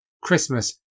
Christmas